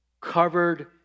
covered